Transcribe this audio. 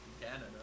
Canada